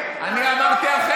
אתה אמרת את זה.